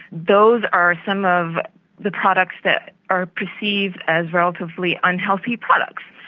those are some of the products that are perceived as relatively unhealthy products.